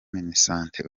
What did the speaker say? minisante